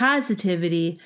Positivity